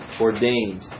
ordained